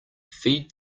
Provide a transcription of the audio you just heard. feed